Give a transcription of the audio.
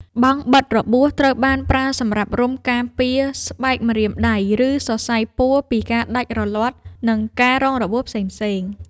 បង់បិទរបួស ត្រូវបានប្រើសម្រាប់រុំការពារស្បែកម្រាមដៃ ឬសរសៃពួរពីការដាច់រលាត់ និងការរងរបួសផ្សេងៗ។